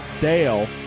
Dale